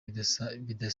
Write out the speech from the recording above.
bidasabye